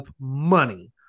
money